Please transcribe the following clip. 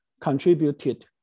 contributed